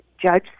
judge